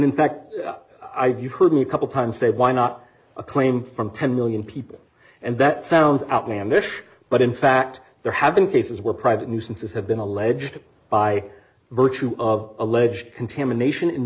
in fact i've you heard me a couple times say why not a claim from ten million people and that sounds outlandish but in fact there have been cases where private nuisances have been alleged by virtue of alleged contamination